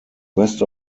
west